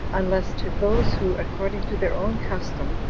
unless to those who, according to their own custom,